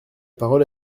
parole